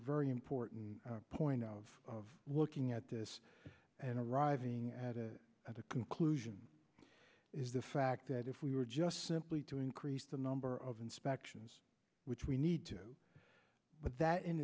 very important point of looking at this and arriving at the conclusion is the fact that if we were just simply to increase the number of inspections which we need to but that in